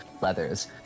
leathers